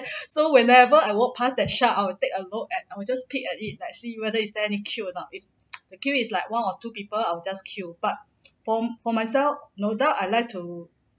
so whenever I walk pass that shelf I'll take a look at I'll just peep at it like see whether is there any queue or not if the queue is like one or two people I would just queue but for for myself no doubt I'd like to